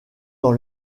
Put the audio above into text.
dans